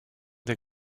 des